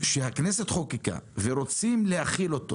שהכנסת חוקקה ורוצים להחיל אותו